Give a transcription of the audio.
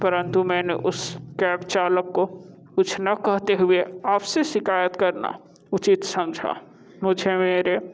परंतु मैंने उस कैब चालक को कुछ न कहते हुए आपसे शिकायत करना उचित समझा मुझे मेरे